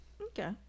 Okay